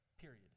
period